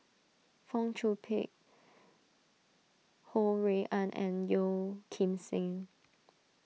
Fong Chong Pik Ho Rui An and Yeo Kim Seng